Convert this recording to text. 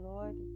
Lord